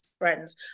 friends